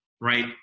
right